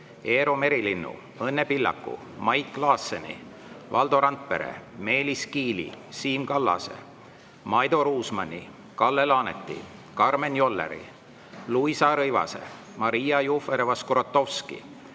Eero Merilinnu, Õnne Pillaku, Mait Klaasseni, Valdo Randpere, Meelis Kiili, Siim Kallase, Maido Ruusmanni, Kalle Laaneti, Karmen Jolleri, Luisa Rõivase, Maria Jufereva-Skuratovski,